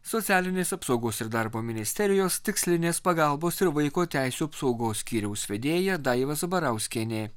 socialinės apsaugos ir darbo ministerijos tikslinės pagalbos ir vaiko teisių apsaugos skyriaus vedėja daiva zabarauskienė